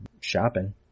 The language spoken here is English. shopping